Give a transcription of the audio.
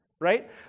right